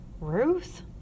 Ruth